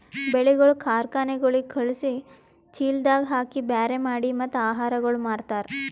ಬೆಳಿಗೊಳ್ ಕಾರ್ಖನೆಗೊಳಿಗ್ ಖಳುಸಿ, ಚೀಲದಾಗ್ ಹಾಕಿ ಬ್ಯಾರೆ ಮಾಡಿ ಮತ್ತ ಆಹಾರಗೊಳ್ ಮಾರ್ತಾರ್